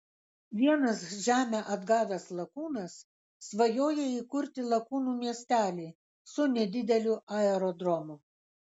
vienas žemę atgavęs lakūnas svajoja įkurti lakūnų miestelį su nedideliu aerodromu